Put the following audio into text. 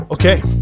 Okay